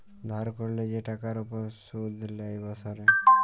ধার ক্যরলে যে টাকার উপর শুধ লেই বসরে